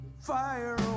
fire